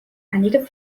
einige